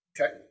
Okay